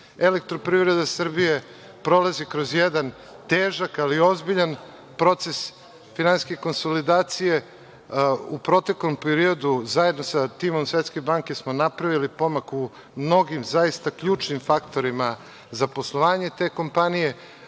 Elektroprivreda Srbije prolazi kroz jedan težak, ali ozbiljan proces finansijske konsolidacije. U proteklom periodu, zajedno sa timom Svetske banke, smo napravili pomak u mnogim zaista ključnim faktorima za poslovanje te kompanije,